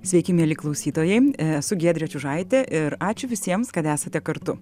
sveiki mieli klausytojai esu giedrė čiužaitė ir ačiū visiems kad esate kartu